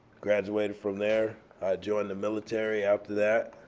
graduated from there. i joined the military after that.